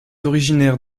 originaire